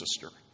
sister